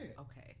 Okay